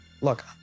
Look